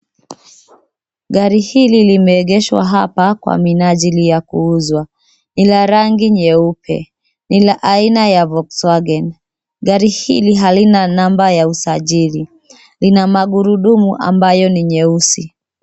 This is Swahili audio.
Gari hili limeegeshwa hapa kwa minajili ya kuuzwa. Ina rangi nyeupe. Ni la aina ya Volkswagen. Gari hili halina namba ya usajili. Lina magurudumu ambayo ni nyeusi.